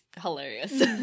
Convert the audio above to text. hilarious